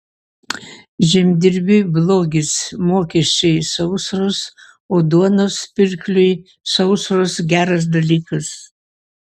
žemdirbiui blogis mokesčiai sausros o duonos pirkliui sausros geras dalykas